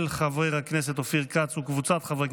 של חבר הכנסת אריאל קלנר,